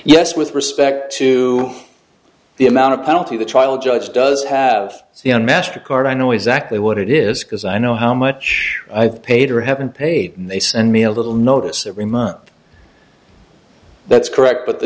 yes with respect to the amount of penalty the trial judge does have so you know mastercard i know exactly what it is because i know how much i've paid or have been paid and they send me a little notice every month that's correct but the